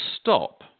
stop